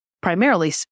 primarily